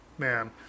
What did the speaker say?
Man